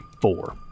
four